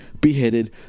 beheaded